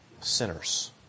sinners